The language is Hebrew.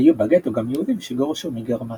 היו בגטו גם יהודים שגורשו מגרמניה.